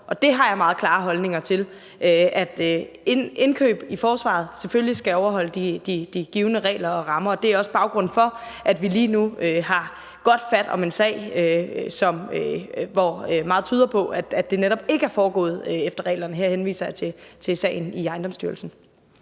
og det har jeg meget klare holdninger til. Indkøb i forsvaret skal selvfølgelig overholde de givne regler og rammer, og det er også baggrunden for, at vi lige nu har godt fat om en sag, hvor meget tyder på, at det netop ikke er foregået efter reglerne. Her henviser jeg til sagen i Forsvarsministeriets